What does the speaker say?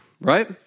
right